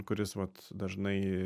kuris vat dažnai